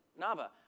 Nava